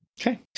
Okay